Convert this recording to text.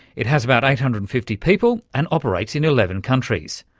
it has about eight hundred and fifty people and operates in eleven countries.